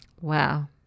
wow